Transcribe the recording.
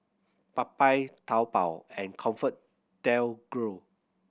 Popeyes Taobao and ComfortDelGro